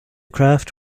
craft